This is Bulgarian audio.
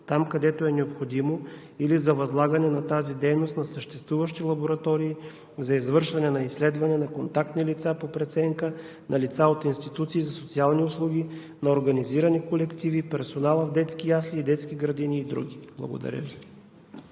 там, където е необходимо, или за възлагане на тази дейност на съществуващи лаборатории за извършване на изследване на контактни лица по преценка, на лица от институции за социални услуги, на организирани колективи, персонал в детски ясли и детски градини и други. Благодаря